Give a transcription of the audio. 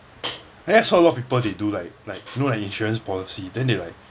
ya that's what a lot of people they do like like know like the insurance policy then they like